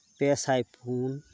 ᱯᱮ ᱥᱟᱭ ᱯᱩᱱ